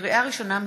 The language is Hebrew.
לקריאה ראשונה,